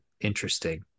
interesting